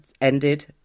ended